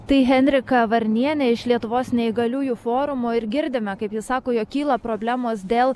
tai henrika varnienė iš lietuvos neįgaliųjų forumo ir girdime kaip ji sako jog kyla problemos dėl